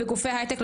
וגופי הייטק,